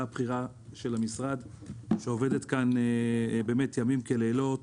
הבכירה של המשרד שעובדת כאן ימים כלילות,